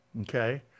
okay